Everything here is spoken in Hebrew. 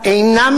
שמעתי היום